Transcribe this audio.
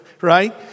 right